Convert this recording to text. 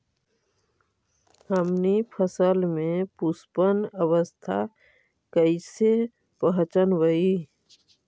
हमनी फसल में पुष्पन अवस्था कईसे पहचनबई?